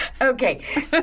Okay